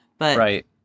Right